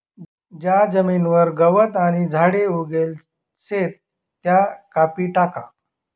ज्या जमीनवर गवत आणि झाडे उगेल शेत त्या कापी टाका